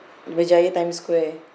berjaya times square